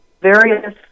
various